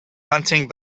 hunting